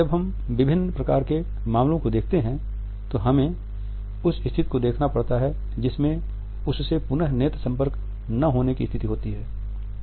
जब हम विभिन्न प्रकार के मामलों को देखते हैं तो हमें उस स्थिति को देखना पड़ता है जिसमें उससे पुनः नेत्र संपर्क न होने की स्थिति होती है